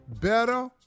better